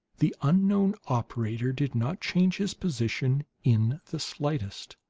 the unknown operator did not change his position in the slightest.